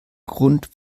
grund